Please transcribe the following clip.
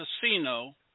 Casino